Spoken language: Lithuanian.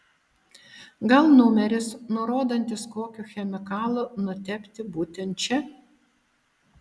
gal numeris nurodantis kokiu chemikalu nutepti būtent čia